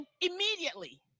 immediately